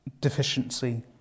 deficiency